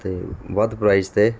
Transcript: ਅਤੇ ਵੱਧ ਪ੍ਰਾਈਜ਼ 'ਤੇ